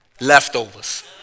Leftovers